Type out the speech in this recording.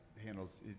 handles